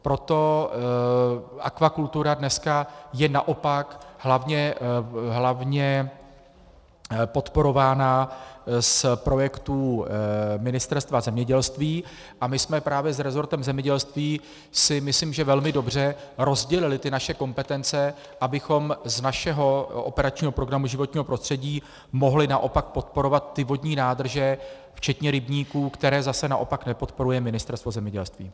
Proto akvakultura dneska je naopak hlavně podporována z projektů Ministerstva zemědělství a my jsme právě s rezortem zemědělství, myslím, že velmi dobře rozdělili naše kompetence, abychom z našeho operačního programu Životní prostředí mohli naopak podporovat ty vodní nádrže, včetně rybníků, které zase naopak nepodporuje Ministerstvo zemědělství.